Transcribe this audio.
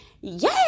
yay